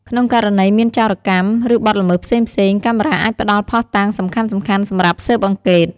ក្នុងករណីមានចោរកម្ម ឬបទល្មើសផ្សេងៗ កាមេរ៉ាអាចផ្តល់ភស្តុតាងសំខាន់ៗសម្រាប់ស៊ើបអង្កេត។